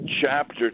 chapter